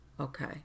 Okay